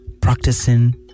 practicing